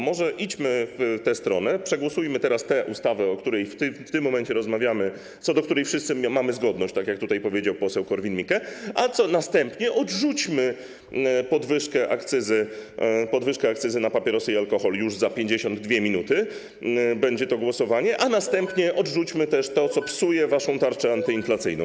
Może idźmy w tę stronę, przegłosujmy teraz tę ustawę, o której w tym momencie rozmawiamy, co do której wszyscy mamy zgodność, tak jak tutaj powiedział poseł Korwin-Mikke, a następnie odrzućmy podwyżkę akcyzy na papierosy i alkohol - już za 52 minuty będzie to głosowanie - a potem odrzućmy też to, co psuje waszą tarczę antyinflacyjną.